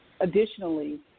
Additionally